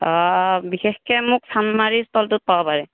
বিশেষকৈ মোক চানমাৰিৰ ষ্টলটোত পাব পাৰে